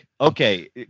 okay